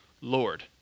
Lord